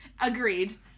Agreed